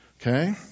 Okay